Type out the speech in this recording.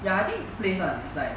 ya I think place ah is like